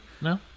No